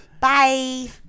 Bye